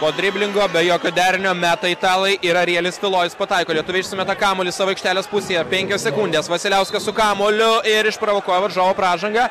po driblingo be jokio derinio meta italai ir arijelis tulojus pataiko lietuviai išsimeta kamuolį savo aikštelės pusėje penkios sekundės vasiliauskas su kamuoliu ir išprovokuoja varžovo pražangą